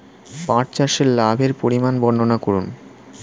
পাঠ চাষের লাভের পরিমান বর্ননা করুন?